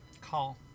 Call